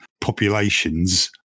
populations